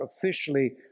officially